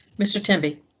mr tim be.